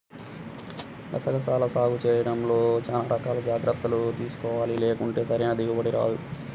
గసగసాల సాగు చేయడంలో చానా రకాల జాగర్తలు తీసుకోవాలి, లేకుంటే సరైన దిగుబడి రాదు